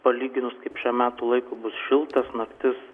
palyginus kaip šiam metų laikui bus šiltas naktis